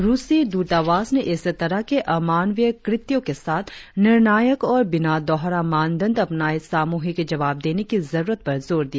रुसी दूतावास ने इस तरह के अमानवीय कृत्यों के साथ निर्णायक और बिना दोहरा मानदंड अपनाए सामूहिक जवाब देने की जरुरत पर जोर दिया